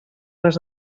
les